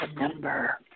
number